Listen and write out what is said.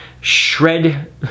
shred